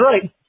right